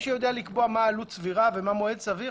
מישהו יודע לקבוע מהי עלות סבירה ומהו מועד סביר?